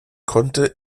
konnte